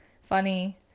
funny